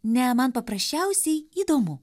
ne man paprasčiausiai įdomu